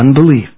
unbelief